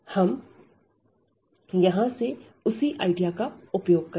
हम पर से यहां पर उसी आइडिया का उपयोग करेंगे